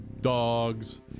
dogs